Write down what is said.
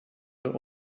were